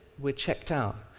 we're checked out.